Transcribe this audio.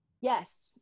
Yes